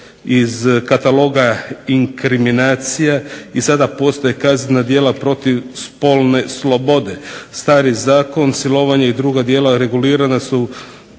iz kataloga inkriminacija i sada postoje kaznena djela protiv spolne slobode. Stari zakon silovanje i druga djela regulirana su